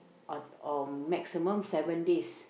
or or maximum seven days